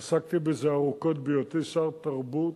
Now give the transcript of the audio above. עסקתי בזה ארוכות בהיותי שר התרבות,